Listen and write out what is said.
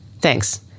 Thanks